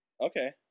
Okay